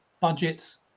budgets